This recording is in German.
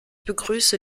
begrüße